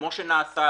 כפי שנעשה,